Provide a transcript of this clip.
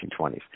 1920s